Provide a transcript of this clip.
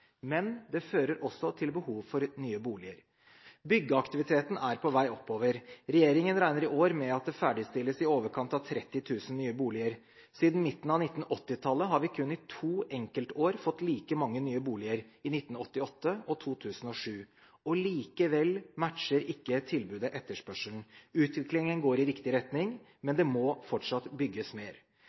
Men det fører også til behov for nye boliger. Byggeaktiviteten er på vei oppover. Regjeringen regner i år med at det ferdigstilles i overkant av 30 000 nye boliger. Siden midten av 1980-tallet har vi kun i to enkeltår fått like mange nye boliger, i 1988 og 2007, og likevel matcher ikke tilbudet etterspørselen. Utviklingen går i riktig retning, men det må fortsatt bygges mer.